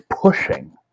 pushing –